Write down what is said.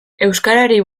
euskarari